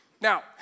Now